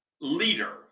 leader